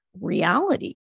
reality